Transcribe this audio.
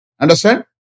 Understand